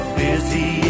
busy